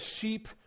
sheep